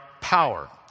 power